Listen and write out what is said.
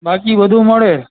બાકી બધુ મળે